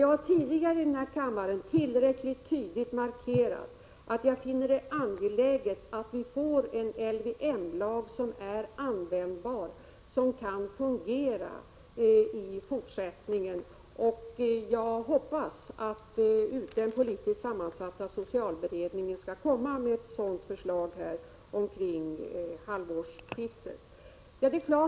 Jag har tidigare i denna kammare tillräckligt tydligt markerat att jag finner det angeläget att vi får en LVM-lag som är användbar och som kan fungera i fortsättningen. Jag hoppas att den politiskt sammansatta socialberedningen skall komma med förslag till en sådan lag omkring halvårsskiftet.